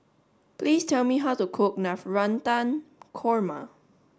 please tell me how to cook Navratan Korma